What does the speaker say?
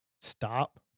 stop